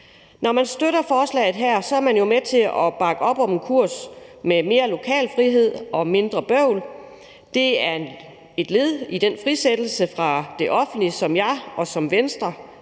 Når man støtter forslaget her, er man jo med til at bakke op om en kurs med mere lokal frihed og mindre bøvl. Det er et led i den frisættelse fra det offentlige, som jeg og som Venstre